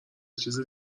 چیز